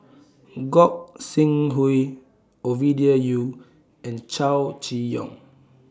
Gog Sing Hooi Ovidia Yu and Chow Chee Yong